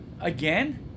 Again